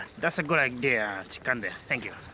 that's a good idea chikande, thank you,